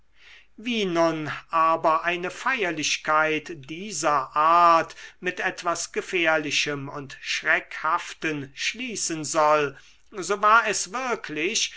wie nun aber eine feierlichkeit dieser art mit etwas gefährlichem und schreckhaften schließen soll so war es wirklich